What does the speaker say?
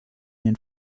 den